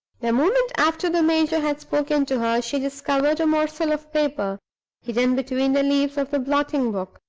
the moment after the major had spoken to her, she discovered a morsel of paper hidden between the leaves of the blotting-book,